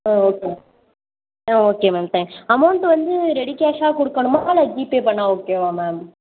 ஆ okay ah okay ma'am thanks amount வந்து ரெடிகேஷாக கொடுக்கணுமா இல்லை ஜிபே பண்ணா ஓகேவா மேம்